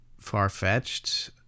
far-fetched